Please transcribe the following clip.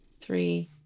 three